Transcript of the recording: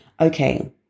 okay